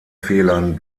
fehlern